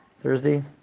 Thursday